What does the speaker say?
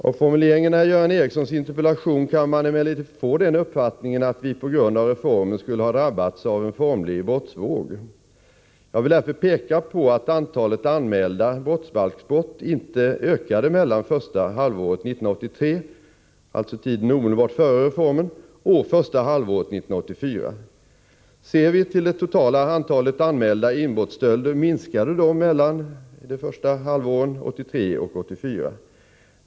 Av formuleringarna i Göran Ericssons interpellation kan man emellertid få den uppfattningen att vi på grund av reformen skulle ha drabbats av en formlig brottsvåg. Jag vill därför peka på att antalet anmälda brottsbalksbrott inte ökade mellan första halvåret 1983, alltså tiden omedelbart före reformen, och första halvåret 1984. Ser vi till det totala antalet anmälda inbrottsstölder minskade de mellan de första halvåren 1983 och 1984.